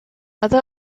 other